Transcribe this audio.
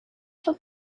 for